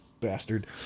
bastard